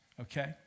okay